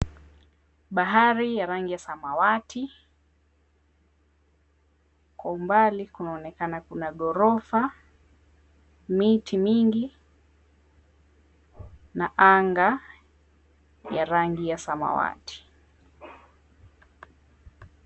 Bahari ya rangi ya samawati kwa umbali kunaonekana kuna gorofa, miti mingi na anga ya rangi ya samawati.